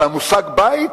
על המושג בית